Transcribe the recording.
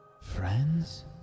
Friends